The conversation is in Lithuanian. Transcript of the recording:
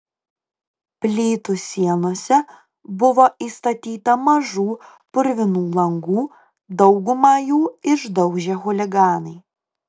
plytų sienose buvo įstatyta mažų purvinų langų daugumą jų išdaužė chuliganai